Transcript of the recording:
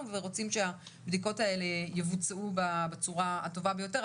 ורוצים שהבדיקות האלה יבוצעו בצורה הטובה ביותר.